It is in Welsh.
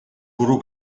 bwrw